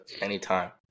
Anytime